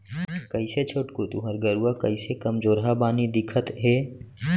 कइसे छोटकू तुँहर गरूवा कइसे कमजोरहा बानी दिखत हे